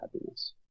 happiness